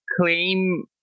claim